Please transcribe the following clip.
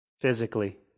physically